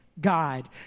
God